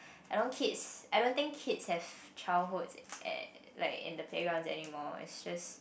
I know kids I don't think kids has childhood at like in the playgrounds anymore like it's just